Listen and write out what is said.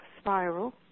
spiral